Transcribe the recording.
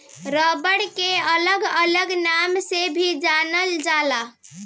rubber के अलग अलग नाम से भी जानल जाला